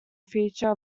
feature